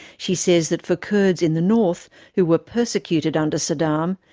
she says that for kurds in the north, who were persecuted under saddam,